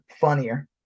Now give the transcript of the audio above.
funnier